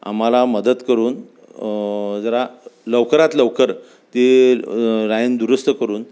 आम्हाला मदत करून जरा लवकरात लवकर ते लाईन दुरुस्त करून